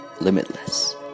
Limitless